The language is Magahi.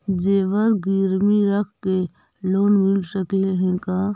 जेबर गिरबी रख के लोन मिल सकले हे का?